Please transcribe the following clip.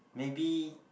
maybe